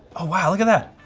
ah wow. look at that.